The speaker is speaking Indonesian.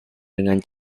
dengan